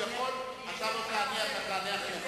לשאול הוא יכול, אתה לא תענה, אתה תענה אחרי זה.